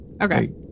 Okay